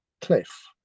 cliff